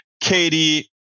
Katie